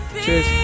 cheers